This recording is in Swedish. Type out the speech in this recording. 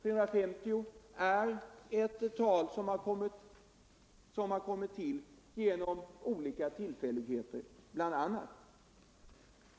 Att det blivit 350 beror bl.a. på olika tillfälligheter.